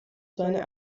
seine